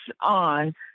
on